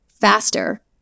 faster